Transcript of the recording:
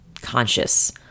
Conscious